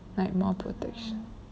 like more protection